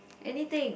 anything